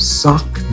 suck